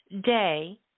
day